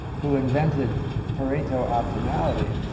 who invented pareto optimality,